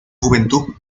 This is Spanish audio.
juventud